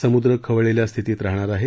समुद्र खवळलेल्या स्थितीत राहणार आहे